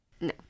No